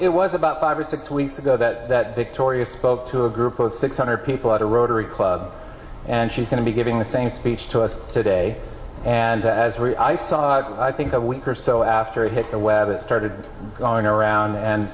it was about five or six weeks ago that that victoria spoke to a group of six hundred people at a rotary club and she's going to be giving the same speech to us today and has three i saw i think a week or so after i hit the web it started going around and